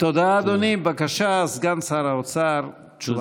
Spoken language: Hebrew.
תודה אדוני, בבקשה, סגן שר האוצר, תשובתך.